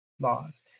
laws